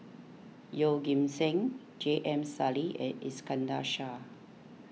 Yeoh Ghim Seng J M Sali and Iskandar Shah